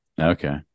Okay